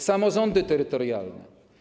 Samorządy terytorialne.